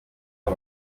aya